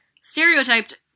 stereotyped